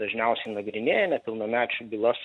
dažniausiai nagrinėja nepilnamečių bylas